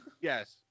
yes